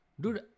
Dude